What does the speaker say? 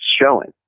showing